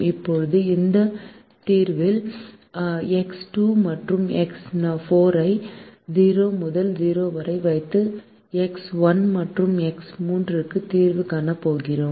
இப்போது இந்த இரண்டாவது தீர்வில் எக்ஸ் 2 மற்றும் எக்ஸ் 4 ஐ 0 முதல் 0 வரை வைத்து எக்ஸ் 1 மற்றும் எக்ஸ் 3 க்கு தீர்வு காணப் போகிறோம்